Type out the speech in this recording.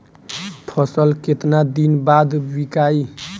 फसल केतना दिन बाद विकाई?